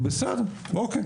מה הבעיה?